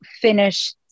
finish